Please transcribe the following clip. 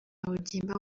mugimba